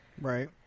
Right